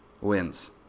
wins